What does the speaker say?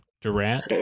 Durant